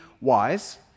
wise—